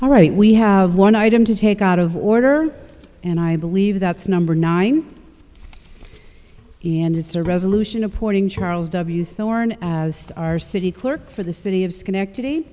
all right we have one item to take out of order and i believe that's number nine and it's a resolution appointing charles w thorne as our city clerk for the city of schenectady